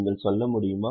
நீங்கள் சொல்ல முடியுமா